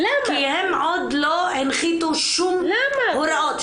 כי הם עוד לא הנחיתו שום הוראות.